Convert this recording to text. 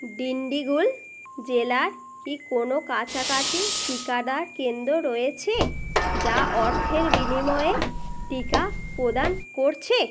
ডিন্ডিগুল জেলার কি কোনো কাছাকাছি টিকাদান কেন্দ্র রয়েছে যা অর্থের বিনিময়ে টিকা প্রদান করছে